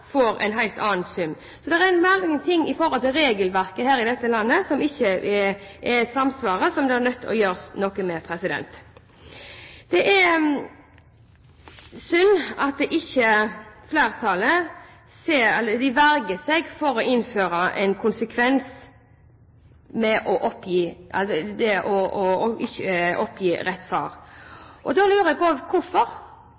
får en helt annen sum. Så det er mange ting i forhold til regelverket her i dette landet som ikke samsvarer, og som en er nødt til å gjøre noe med. Det er synd at flertallet vegrer seg for å innføre en konsekvens av ikke å oppgi rett